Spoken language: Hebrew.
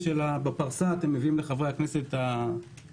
בפרסה אתם מביאים לחברי הכנסת כריכים.